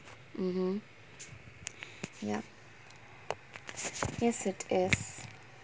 mmhmm yup yes it is